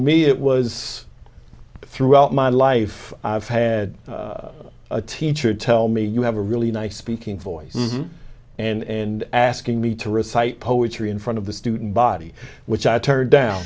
me it was throughout my life i've had a teacher tell me you have a really nice speaking voice and asking me to recite poetry in front of the student body which i turned down